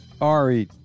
Ari